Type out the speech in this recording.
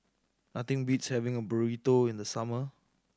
nothing beats having Burrito in the summer